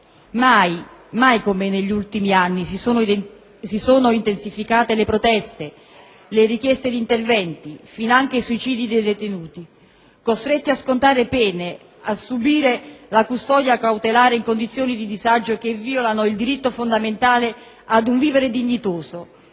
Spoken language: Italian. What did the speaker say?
Mai, come negli ultimi anni, si sono intensificate le proteste, le richieste di interventi, finanche i suicidi di detenuti, costretti a scontare pene, a subire la custodia cautelare in condizioni di disagio che violano il diritto fondamentale ad un vivere dignitoso,